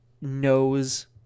knows